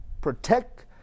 protect